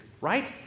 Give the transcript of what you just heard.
right